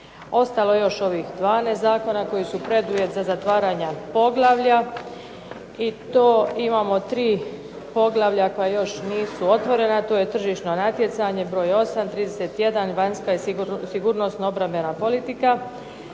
Ostalo je još ovih 12 zakona koji su preduvjet za zatvaranje poglavlja i imamo tri poglavlja koja nisu otvorena a to je tržišno natjecanje broj 8., 31. vanjska i sigurnosno obrambena politika